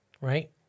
Right